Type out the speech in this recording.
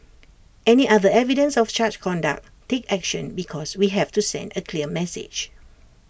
any other evidence of such conduct take action because we have to send A clear message